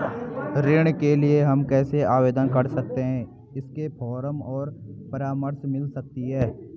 ऋण के लिए हम कैसे आवेदन कर सकते हैं इसके फॉर्म और परामर्श मिल सकती है?